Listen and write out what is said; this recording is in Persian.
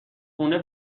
خونه